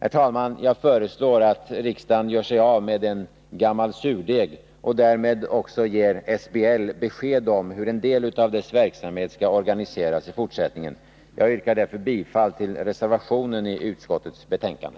Herr talman! Jag föreslår att riksdagen gör sig av med en gammal surdeg och därmed också ger SBL besked om hur en del av dess verksamhet skall organiseras i fortsättningen. Jag yrkar därför bifall till reservationen i utskottets betänkande.